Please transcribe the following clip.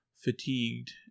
fatigued